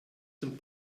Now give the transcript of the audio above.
zum